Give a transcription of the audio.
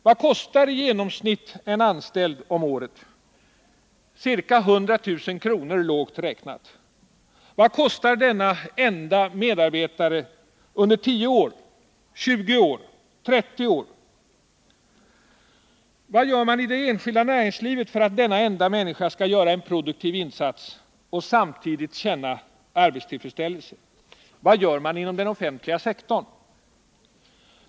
Vad kostar i genomsnitt en anställd om året? Ca 100 000 kr. lågt räknat. Vad kostar denne ende medarbetare under 10 år, 20 år, 30 år? Vad gör man i det enskilda näringslivet för att denna enda människa skall göra en produktiv insats och samtidigt känna arbetstillfredsställelse? Vad gör man inom den offentliga sektorn?